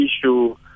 issue